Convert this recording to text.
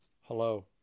hello